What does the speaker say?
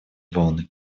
волны